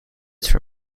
for